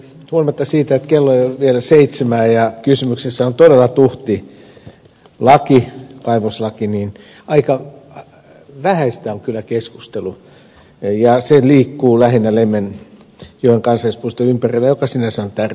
huolimatta siitä että kello ei ole vielä seitsemää ja kysymyksessä on todella tuhti laki kaivoslaki niin aika vähäistä on kyllä keskustelu ja se liikkuu lähinnä lemmenjoen kansallispuiston ympärillä joka sinänsä on tärkeä asia